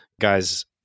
guys